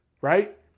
right